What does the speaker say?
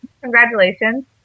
Congratulations